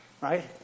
right